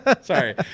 Sorry